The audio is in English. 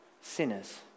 sinners